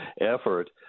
effort